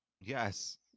Yes